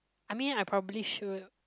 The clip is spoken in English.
I mean I probably should